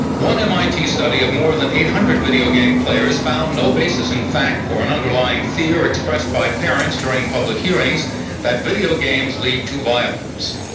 one mit study of more than eight hundred video game players found no basis in fact for an underlying theorist by parents during public hearings that video games lead to violence.